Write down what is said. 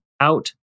out